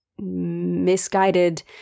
misguided